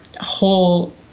whole